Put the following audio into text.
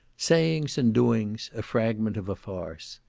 sayings and doings, a fragment of a farce.